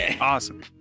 awesome